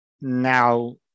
now